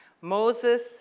Moses